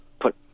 put